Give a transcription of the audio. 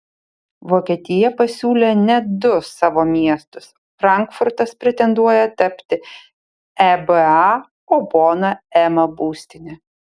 vokietija pasiūlė net du savo miestus frankfurtas pretenduoja tapti eba o bona ema būstine